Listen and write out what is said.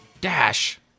Dash